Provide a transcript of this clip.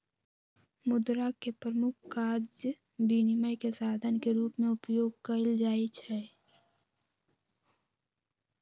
मुद्रा के प्रमुख काज विनिमय के साधन के रूप में उपयोग कयल जाइ छै